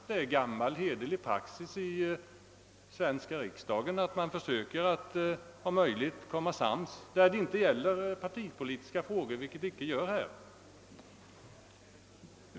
Det är gammal, hederlig praxis i den svenska riksdagen att man försöker att om möjligt bli sams, när det inte gäller partipolitiska frågor, vilket det inte gör här.